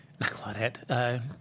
Claudette